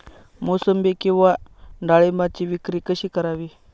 मोसंबी किंवा डाळिंबाची विक्री कशी करावी?